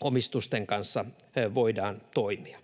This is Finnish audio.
omistusten kanssa toimia.